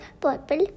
purple